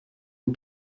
aux